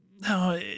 No